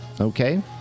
Okay